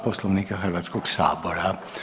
Poslovnika Hrvatskog sabora.